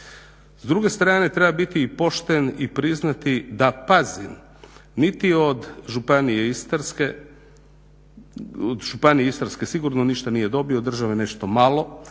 S druge strane treba biti pošten i priznati da Pazin niti od županije Istarske sigurno ništa nije dobio, od države nešto malo.